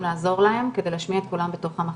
לעזור להם כדי להשמיע את קולם בתוך המחלקה.